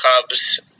Cubs